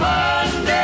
Monday